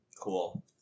Cool